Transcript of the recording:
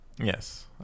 yes